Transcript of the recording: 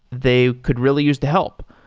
they could really use the help.